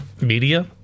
media